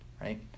Right